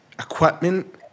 equipment